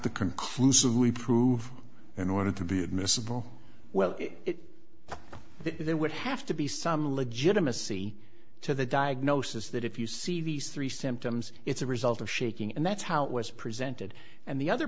to conclusively prove and wanted to be admissible well there would have to be some legitimacy to the diagnosis that if you see these three symptoms it's a result of shaking and that's how it was presented and the other